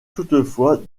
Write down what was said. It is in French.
toutefois